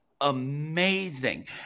amazing